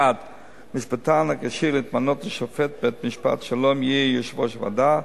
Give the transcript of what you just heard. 1. משפטן הכשיר להתמנות לשופט בבית-משפט שלום יהיה יושב-ראש הוועדה,